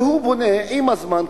והוא בונה עם הזמן,